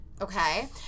okay